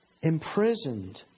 Imprisoned